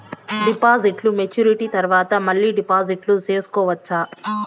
డిపాజిట్లు మెచ్యూరిటీ తర్వాత మళ్ళీ డిపాజిట్లు సేసుకోవచ్చా?